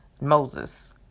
Moses